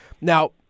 Now